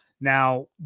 Now